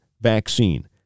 vaccine